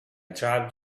drive